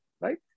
right